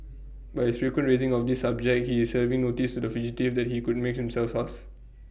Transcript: by his frequent raising of this subject he is serving notice to the fugitive that he could make himself scarce